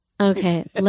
Okay